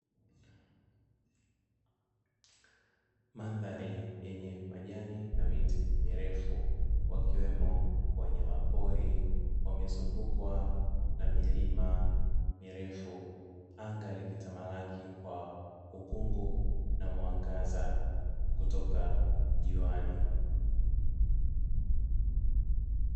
Mandhari yenye majani na miti mirefu wakiwemo wanyama pori wamezungukwa na milima mirefu, anga likitamalaki kwa ukungu na mwangaza kutoka juani.